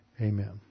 amen